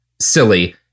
silly